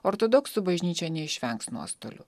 ortodoksų bažnyčia neišvengs nuostolių